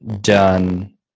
done